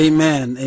Amen